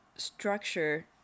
structure